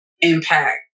impact